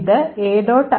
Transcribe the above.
ഇത് a